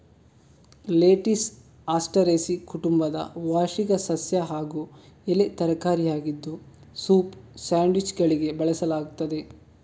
lettuce Asteraceae ಕುಟುಂಬದ ವಾರ್ಷಿಕ ಸಸ್ಯ ಹಾಗೂ ಎಲೆ ತರಕಾರಿಯಾಗಿದ್ದು ಸೂಪ್, ಸ್ಯಾಂಡ್ವಿಚ್ಚುಗಳಿಗೆ ಬಳಕೆಯಾಗ್ತದೆ